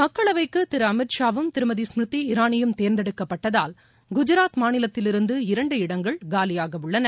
மக்களவைக்கு திரு அமித் ஷாவும் திருமதி ஸ்மிருதி இரானியும் தேர்ந்தெடுக்கப்பட்டதால் குஜராத் மாநிலத்திலிருந்து இரண்டு இடங்கள் காலியாக உள்ளன